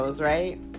right